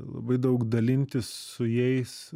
labai daug dalintis su jais